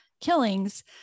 killings